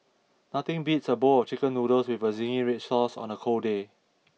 nothing beats a bowl of chicken noodles with zingy red sauce on a cold day